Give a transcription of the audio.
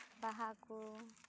ᱵᱟᱦᱟᱠᱚ